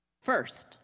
First